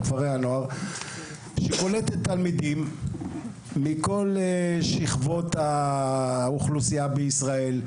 כפרי הנוער שקולטת תלמידים מכל שכבות האוכלוסייה בישראל,